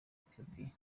ethiopie